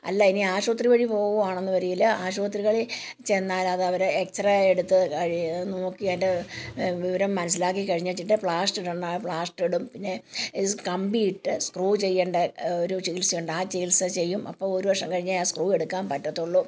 അല്ല ഇനി ആശുപത്രി വഴി പോവുകയാണെന്ന് ഒരുവില് ആശുപത്രികളിൽ ചെന്നാൽ അതവർ എക്സ് റേ എടുത്ത് കഴി നോക്കിയിട്ട് വിവരം മനസ്സിലാക്കി കഴിഞ്ഞിച്ചിട്ട് പ്ലാസ്റ്റിടണാ പ്ലാസ്റ്ററിടും പിന്നെ സ് കമ്പിയിട്ട് സ്ക്രൂ ചെയ്യേണ്ട ഒരു ചികിത്സയുണ്ട് ആ ചികിത്സ ചെയ്യും അപ്പോൾ ഒരു വർഷം കഴിഞ്ഞേ ആ സ്ക്രൂ എടുക്കാൻ പറ്റത്തൊള്ളൂ